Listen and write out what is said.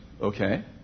okay